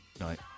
right